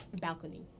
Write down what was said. balcony